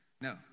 no